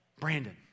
Brandon